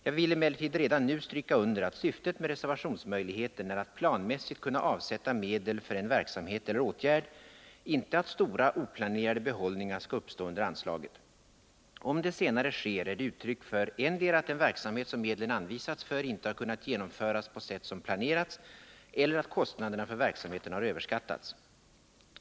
Jag vill emellertid redan nu stryka under att syftet med reservationsmöjligheten är att planmässigt kunna avsätta medel för en verksamhet eller åtgärd, inte att stora oplanerade behållningar skall uppstå under anslaget. Om det senare sker är det uttryck för endera att den verksamhet som medlen anvisats för inte har kunnat genomföras på sätt som planerats eller att kostnaderna för verksamheten har överskattats.